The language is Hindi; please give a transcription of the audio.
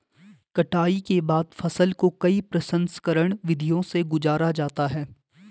कटाई के बाद फसल को कई प्रसंस्करण विधियों से गुजारा जाता है